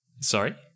Sorry